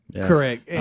Correct